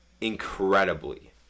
incredibly